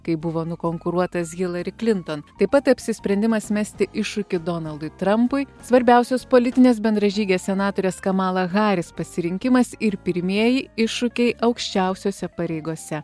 kai buvo nukonkuruotas hilari klinton taip pat apsisprendimas mesti iššūkį donaldui trampui svarbiausios politinės bendražygės senatorės kamala haris pasirinkimas ir pirmieji iššūkiai aukščiausiose pareigose